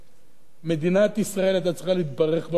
מדינת ישראל היתה צריכה להתברך במחאה האחרונה.